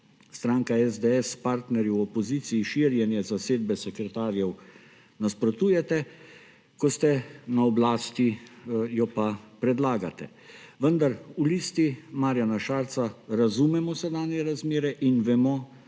stranka SDS partnerji v opoziciji, širjenju zasedbe sekretarjev nasprotujete, ko ste na oblasti, jo pa predlagate. Vendar v Listi Marjana Šarca razumemo sedanje razmere in vemo,